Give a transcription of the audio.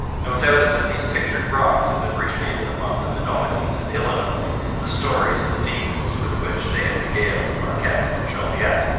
no doubt it was these pictured rocks that had originated among the menominees and illinois the stories of the demons with which they had regaled marquette and jolliet.